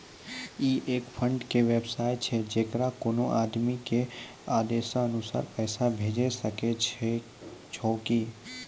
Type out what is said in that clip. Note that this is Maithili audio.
ई एक फंड के वयवस्था छै जैकरा कोनो आदमी के आदेशानुसार पैसा भेजै सकै छौ छै?